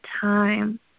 time